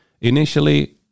Initially